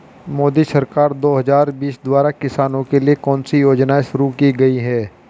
मोदी सरकार दो हज़ार बीस द्वारा किसानों के लिए कौन सी योजनाएं शुरू की गई हैं?